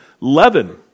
leaven